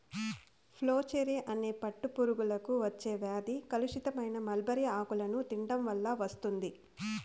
flacherie అనే పట్టు పురుగులకు వచ్చే వ్యాధి కలుషితమైన మల్బరీ ఆకులను తినడం వల్ల వస్తుంది